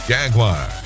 Jaguar